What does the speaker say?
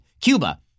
Cuba